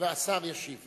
השר ישיב.